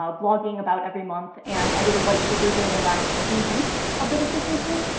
ah blogging about every month, and i did a white paper during the last three weeks of the dissertation.